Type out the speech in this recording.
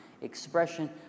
expression